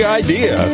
idea